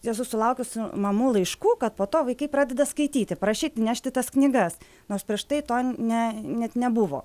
esu sulaukusi mamų laiškų kad po to vaikai pradeda skaityti prašyti nešti tas knygas nors prieš tai to ne net nebuvo